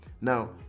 now